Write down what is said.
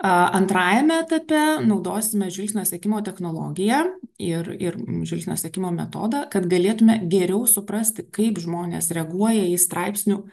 antrajame etape naudosime žvilgsnio sekimo technologiją ir ir žvilgsnio sekimo metodą kad galėtume geriau suprasti kaip žmonės reaguoja į straipsnių